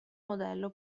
modello